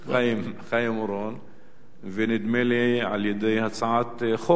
ונדמה לי על-ידי הצעת חוק בזמנו.